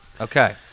Okay